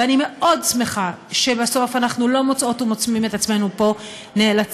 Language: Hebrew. ואני שמחה מאוד שבסוף אנחנו לא מוצאות ומוצאים את עצמנו פה נאלצים,